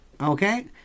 Okay